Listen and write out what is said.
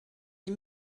est